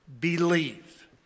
believe